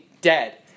dead